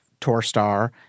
Torstar